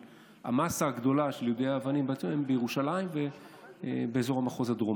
המאסה הגדולה של יידויי האבנים היא באזור ירושלים ובאזור המחוז הדרומי.